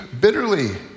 bitterly